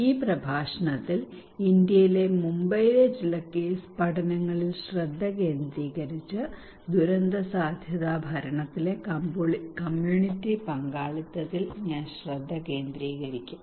ഈ പ്രഭാഷണത്തിൽ ഇന്ത്യയിലെ മുംബൈയിലെ ചില കേസ് പഠനങ്ങളിൽ ശ്രദ്ധ കേന്ദ്രീകരിച്ച് ദുരന്തസാധ്യതാ ഭരണത്തിലെ കമ്മ്യൂണിറ്റി പങ്കാളിത്തത്തിൽ ഞാൻ ശ്രദ്ധ കേന്ദ്രീകരിക്കും